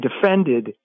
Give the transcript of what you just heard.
defended